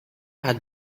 had